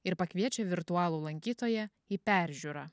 ir pakviečia virtualų lankytoją į peržiūrą